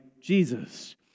Jesus